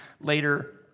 later